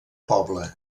poble